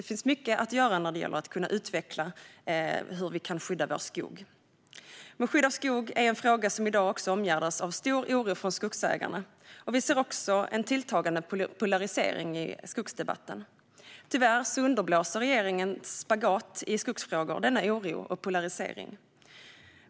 Det finns mycket att göra när det gäller att utveckla hur vi kan skydda vår skog. Skydd av skog är dock en fråga som i dag omgärdas av stor oro från skogsägarna. Vi ser också en tilltagande polarisering i skogsdebatten. Tyvärr underblåser regeringens spagat i skogsfrågor denna oro och polarisering.